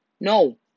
No